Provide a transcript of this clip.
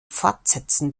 fortsetzen